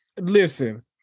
Listen